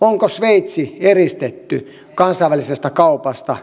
onko sveitsi eristetty kansainvälisestä kaupasta